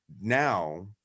now